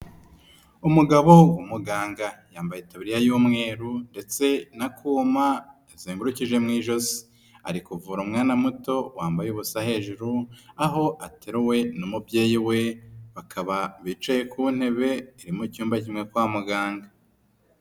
Umugabo w'umuganga yambaye itaburiya y'umweru ndetse n'akuma yazengurukije mu ijosi. Ari kuvura umwana muto wambaye ubusa hejuru, aho ateruwe n'umubyeyi we, bakaba bicaye ku ntebe iri mu cyumba kimwe kwa muganga.